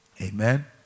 Amen